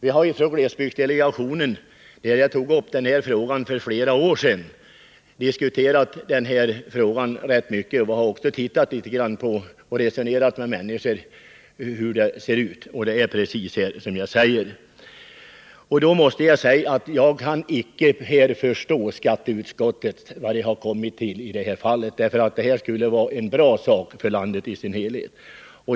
För flera år sedan tog jag upp det här i glesbygdsdelegationen, där vi diskuterade frågan rätt ingående. Vi resonerade också med folk, och det framgick att det ligger till precis som jag nu har sagt. För min del måste jag säga att jag inte kan förstå skatteutskottet, för det här skulle vara någonting bra för landet i dess helhet.